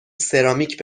سرامیک